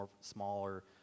smaller